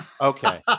Okay